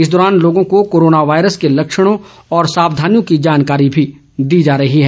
इस दौरान लोगों को कोरोना वायरस के लक्षणों और सावधानियों की जानकारी भी दी जा रही है